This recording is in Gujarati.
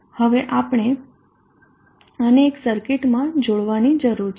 હવે આપણે આને એક સર્કિટ માં જોડવાની જરૂર છે